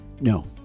No